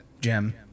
gem